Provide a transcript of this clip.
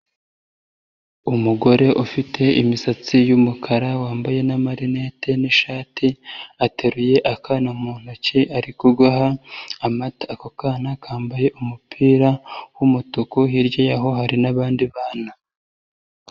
Umugore ufite imisatsi y'umukara, wambaye n'amarinete n'ishati, ateruye akana mu ntoki ari kugwaha, ako kana kambaye umupira w'umutuku, hirya yaho hari n'abandi bana.